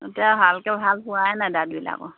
এতিয়া ভালকৈ ভাল হোৱাই নাই দাঁতবিলাকৰ